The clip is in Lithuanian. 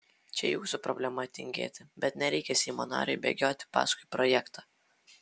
čia jūsų problema tingėti bet nereikia seimo nariui bėgioti paskui projektą